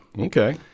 Okay